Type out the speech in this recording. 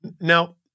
now